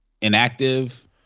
inactive